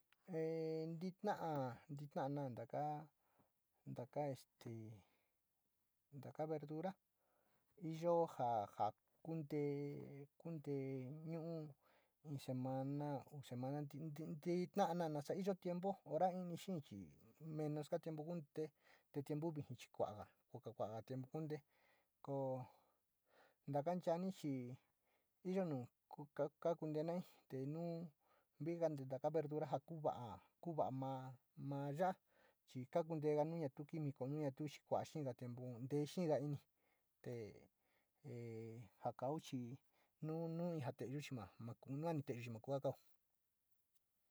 E ntita´a, ntita´a na taka, taka este taka verdura iyo ja kuntee ñu´u in semana, uu semana, ñtiñi, intii, intii ta´ana nasa iyo tiempo ora nii xee chi menos ga tiempo, te tiempo vijiri chi’ kuudago chi’ kuudago tiempo kuñtee ko ntakonoñchi’ ja ñuu kua yoro, ma yora kunite nai te ñuu yigo taka uruclora ja ku yua ma, ma yora. Chi’ kañontega nu ñu químico nioga tu kuu´a xeega tiempo ntee xeega inite e ja kao chi nu nu ja te´eyu chi ma ma yua ni te´eyo ma kua kao.